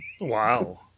Wow